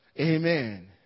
Amen